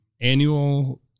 annual